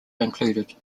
included